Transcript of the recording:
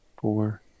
Four